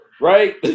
right